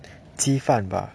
鸡饭 bah